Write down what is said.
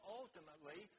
ultimately